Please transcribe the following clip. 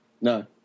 No